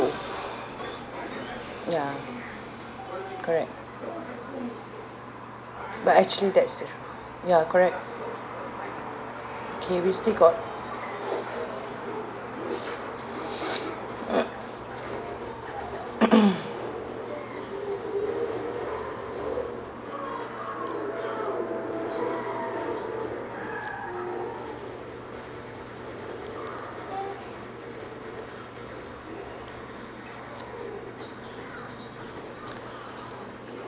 ya correct but actually that's true ya correct K we still got